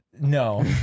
No